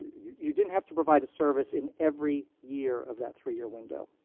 you didn't have to provide a service in every year of that three year window.